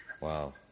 Wow